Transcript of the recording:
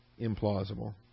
implausible